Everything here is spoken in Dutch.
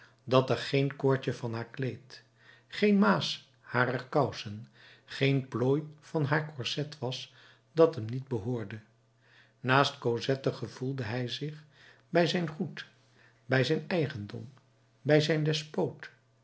openbaarde dat er geen koordje van haar kleed geen maas harer kousen geen plooi van haar corset was dat hem niet behoorde naast cosette gevoelde hij zich bij zijn goed bij zijn eigendom bij zijn despoot